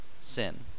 sin